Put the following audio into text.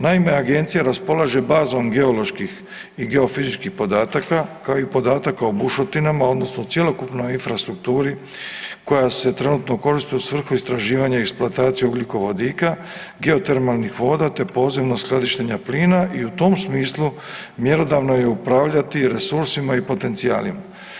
Naime, agencija raspolaže bazom geoloških i geofizičkih podataka, kao i podataka o bušotinama odnosno o cjelokupnoj infrastrukturi koja se trenutno koristi u svrhu istraživanja i eksploatacije ugljikovodika, geotermalnih voda, te podzemno skladištenja plina i u tom smislu mjerodavno je upravljati resursima i potencijalima.